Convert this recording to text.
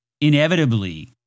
inevitably